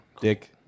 Dick